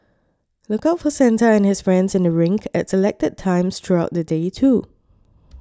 look out for Santa and his friends in the rink at selected times throughout the day too